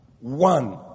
one